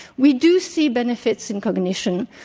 we do see benefits in cognition.